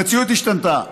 המציאות השתנתה.